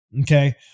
okay